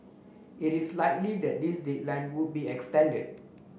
it is likely that this deadline would be extended